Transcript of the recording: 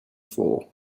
for